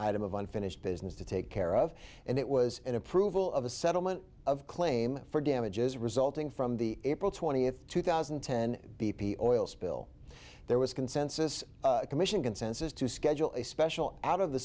item of unfinished business to take care of and it was an approval of a settlement of claim for damages resulting from the april twentieth two thousand and ten b p oil spill there was consensus commission consensus to schedule a special out of the